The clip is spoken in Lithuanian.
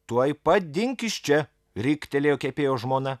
tuoj pat dink iš čia riktelėjo kepėjo žmona